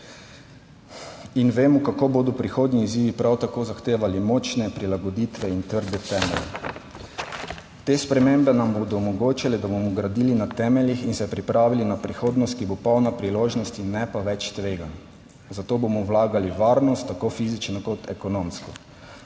in vemo, kako bodo prihodnji izzivi prav tako zahtevali močne prilagoditve in trde temelje. Te spremembe nam bodo omogočile, da bomo gradili na temeljih in se pripravili na prihodnost, ki bo polna priložnost, ne pa več tveganj. Zato bomo vlagali v varnost, tako fizično kot ekonomsko.